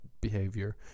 behavior